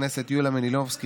חברת הכנסת יוליה מלינובסקי,